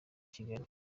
kigali